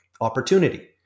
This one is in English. opportunity